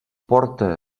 porta